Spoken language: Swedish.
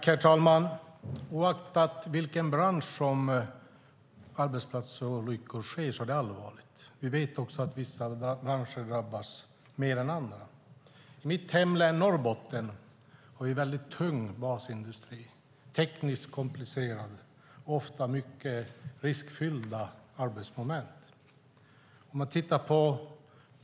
Herr talman! Oaktat vilken bransch arbetsplatsolyckor sker i är det allvarligt. Vi vet också av vissa branscher drabbas mer än andra. Mitt hemlän Norrbotten har väldigt tung basindustri, tekniskt komplicerad och ofta med mycket riskfyllda arbetsmoment.